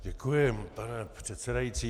Děkuji, pane předsedající.